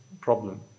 problem